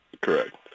Correct